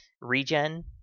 Regen